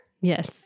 Yes